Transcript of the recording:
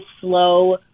slow